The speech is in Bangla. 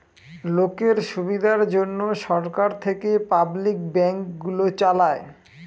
লোকের সুবিধার জন্যে সরকার থেকে পাবলিক ব্যাঙ্ক গুলো চালায়